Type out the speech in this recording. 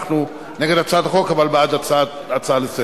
אנחנו נגד הצעת החוק אבל בעד הצעה לסדר-היום.